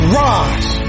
rise